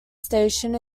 station